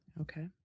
Okay